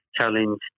challenge